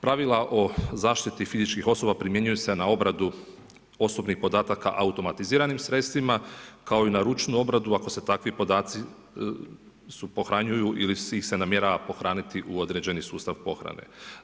Pravila o zaštiti fizičkih osoba primjenjuju se na obradu osobnih podataka automatiziranim sredstvima, kao i na ručnu obradu ako se takvi podaci se pohranjuju ili ih se namjerava pohraniti u određeni sustav pohrane.